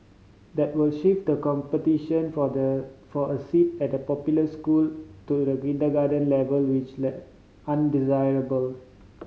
that will shift the competition for the for a seat at the popular school to the kindergarten level which undesirable